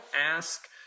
ask